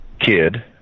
kid